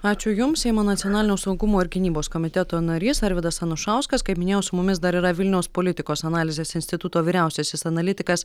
ačiū jums seimo nacionalinio saugumo ir gynybos komiteto narys arvydas anušauskas kaip minėjau su mumis dar yra vilniaus politikos analizės instituto vyriausiasis analitikas